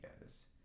goes